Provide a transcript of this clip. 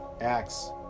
Acts